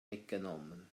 mitgenommen